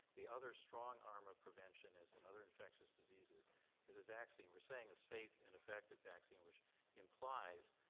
the other strong arm of prevention is. and other infectious diseases is a vaccine. we're saying a safe and effective vaccine which implies,